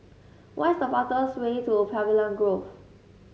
what is the fastest way to Pavilion Grove